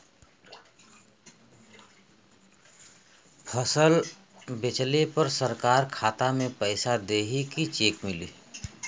फसल बेंचले पर सरकार खाता में पैसा देही की चेक मिली?